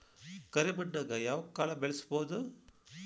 ಕರೆ ಮಣ್ಣನ್ಯಾಗ್ ಯಾವ ಕಾಳ ಬೆಳ್ಸಬೋದು?